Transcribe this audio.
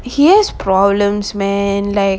he has problems man like